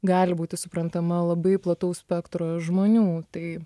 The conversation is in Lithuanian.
gali būti suprantama labai plataus spektro žmonių tai